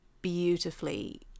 beautifully